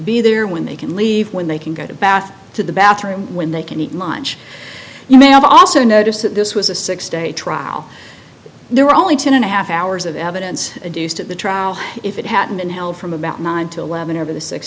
be there when they can leave when they can go to bath to the bathroom when they can eat lunch you may also notice that this was a six day trial there were only ten and a half hours of evidence a deuced of the trial if it hadn't been held from about nine to eleven over the six